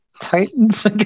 Titans